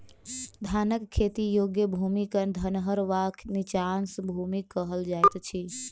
धानक खेती योग्य भूमि क धनहर वा नीचाँस भूमि कहल जाइत अछि